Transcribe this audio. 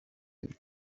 him